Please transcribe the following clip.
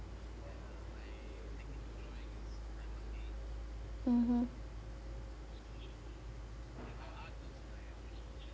mmhmm